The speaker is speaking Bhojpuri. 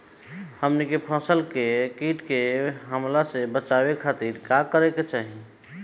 हमनी के फसल के कीट के हमला से बचावे खातिर का करे के चाहीं?